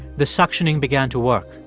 the suctioning began to work.